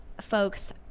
folks